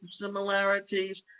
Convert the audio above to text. similarities